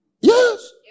Yes